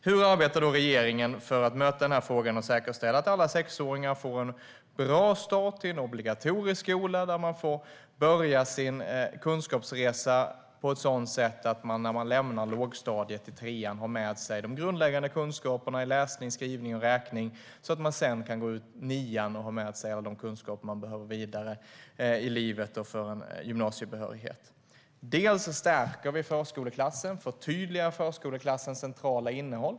Hur arbetar då regeringen för att möta detta och säkerställa att alla sexåringar får en bra start i en obligatorisk skola där de får börja sin kunskapsresa på ett sådant sätt att de när de lämnar lågstadiet i trean har med sig de grundläggande kunskaperna i läsning, skrivning och räkning så att de sedan kan gå ut nian och ha med sig alla de kunskaper de behöver vidare i livet och för en gymnasiebehörighet? Vi stärker och förtydligar förskoleklassens centrala innehåll.